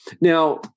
Now